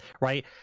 right